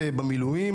במילואים.